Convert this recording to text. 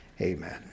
Amen